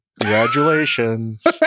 congratulations